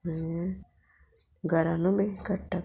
घरानू बी काडटा पेंट